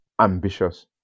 ambitious